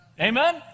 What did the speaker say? Amen